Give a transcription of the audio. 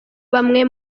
bamwe